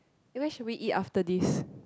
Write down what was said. eh where shall we eat after this